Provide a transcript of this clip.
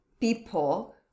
people